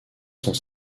sont